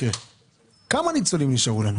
כמה ניצולים נשארו לנו?